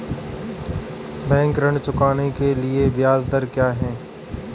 Bank ऋण चुकाने के लिए ब्याज दर क्या है?